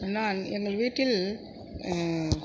நான் எங்கள் வீட்டில்